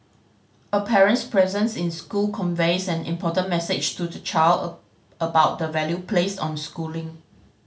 a parent's presence in school conveys an important message to the child about the value placed on schooling